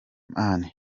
man